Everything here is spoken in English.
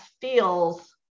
feels